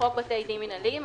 חוק בתי דין מינהליים,